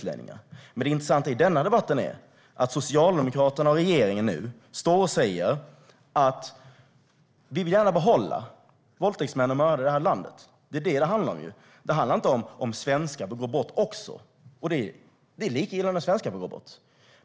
Men det intressanta i denna debatt är att Socialdemokraterna och regeringen nu står och säger att de gärna vill behålla våldtäktsmän och mördare i det här landet. Det är detta det handlar om. Det handlar inte om svenskar som också begår brott. Det är lika illa om svenskar begår brott.